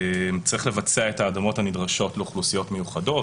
צריך לבצע את ההתאמות הנדרשות לאוכלוסיות מיוחדות,